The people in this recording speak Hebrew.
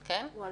בבקשה.